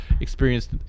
experienced